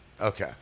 Okay